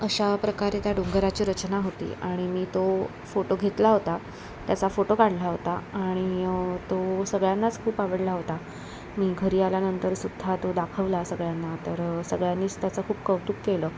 अशा प्रकारे त्या डोंगराची रचना होती आणि मी तो फोटो घेतला होता त्याचा फोटो काढला होता आणि तो सगळ्यांनाच खूप आवडला होता मी घरी आल्यानंतर सुद्धा तो दाखवला सगळ्यांना तर सगळ्यांनीच त्याचं खूप कौतुक केलं